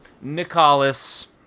Nicholas